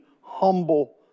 humble